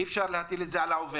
אי אפשר להטיל את זה על העובד,